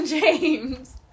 James